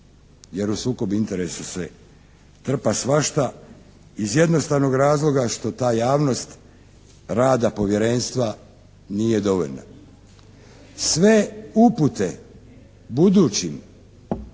jer u sukob interesa se trpa svašta iz jednostavnog razloga što ta javnost rada Povjerenstva nije dovoljna. Sve upute budućim